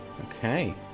Okay